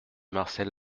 marcel